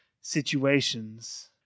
situations